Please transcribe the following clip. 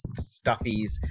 stuffies